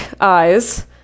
eyes